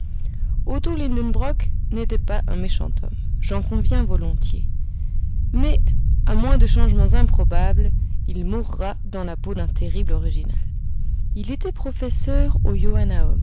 lidenbrock n'était pas un méchant homme j'en conviens volontiers mais à moins de changements improbables il mourra dans la peau d'un terrible original il était professeur au